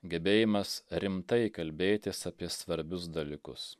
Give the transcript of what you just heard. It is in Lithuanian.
gebėjimas rimtai kalbėtis apie svarbius dalykus